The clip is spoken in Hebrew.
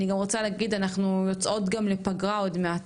אני גם רוצה להגיד, אנחנו יוצאות לפגרה עוד מעט.